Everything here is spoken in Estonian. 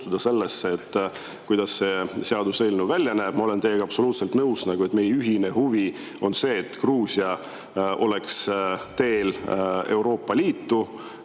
sellesse, kuidas see seaduseelnõu välja näeb. Ma olen teiega absoluutselt nõus, et meie ühine huvi on see, et Gruusia oleks teel Euroopa Liitu,